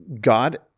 God